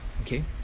okay